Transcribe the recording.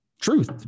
truth